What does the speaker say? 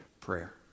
prayer